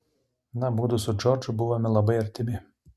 na mudu su džordžu buvome labai artimi